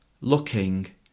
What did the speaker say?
Looking